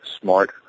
smart